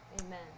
Amen